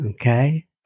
Okay